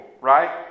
right